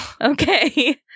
Okay